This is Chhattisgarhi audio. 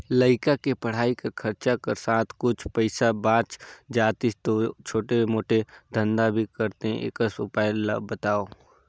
लइका के पढ़ाई कर खरचा कर साथ कुछ पईसा बाच जातिस तो छोटे मोटे धंधा भी करते एकस उपाय ला बताव?